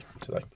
today